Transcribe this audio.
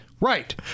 right